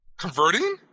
Converting